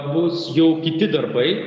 bus jau kiti darbai